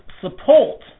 support